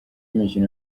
imikino